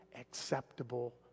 acceptable